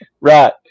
right